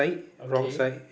okay